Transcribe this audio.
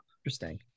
interesting